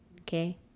okay